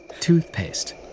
toothpaste